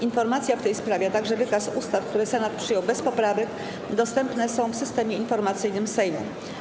Informacja w tej sprawie, a także wykaz ustaw, które Senat przyjął bez poprawek, dostępne są w Systemie Informacyjnym Sejmu.